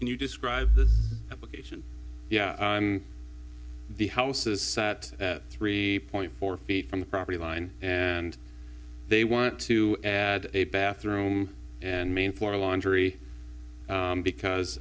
can you describe the application yeah the houses sat three point four feet from the property line and they want to add a bathroom and main floor laundry because